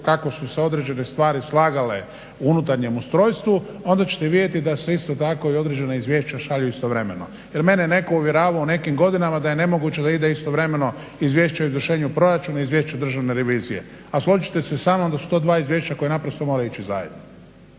kako su se određene stvari slagale u unutarnjem ustrojstvu onda ćete vidjeti da se isto tako i određena izvješća šalju istovremeno. Jer mene je netko uvjeravao u nekim godinama da je nemoguće da ide istovremeno Izvješće o izvršenju proračuna i Izvješće Državne revizije, a složit ćete se sa mnom da su to dva izvješća koja naprosto moraju ići zajedno.